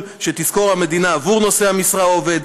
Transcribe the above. שתשכור המדינה עבור נושאי המשרה או העובד.